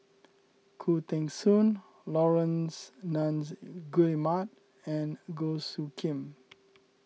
Khoo Teng Soon Laurence Nunns Guillemard and Goh Soo Khim